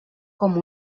com